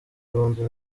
ibihumbi